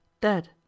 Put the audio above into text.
dead